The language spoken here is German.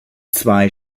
zwei